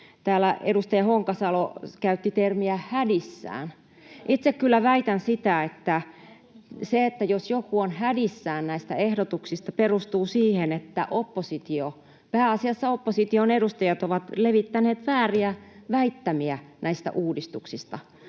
Täällä edustaja Honkasalo käytti termiä ”hädissään”. Itse kyllä väitän, että jos joku on hädissään näistä ehdotuksista, se perustuu siihen, että pääasiassa opposition edustajat ovat levittäneet vääriä väittämiä näistä uudistuksista.